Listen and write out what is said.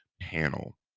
panel